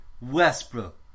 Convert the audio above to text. Westbrook